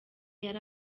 yari